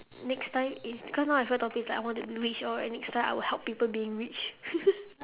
next time is cause now my favourite topic is like I want to be rich all next time I will help people being rich